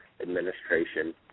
Administration